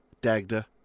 dagda